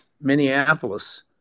minneapolis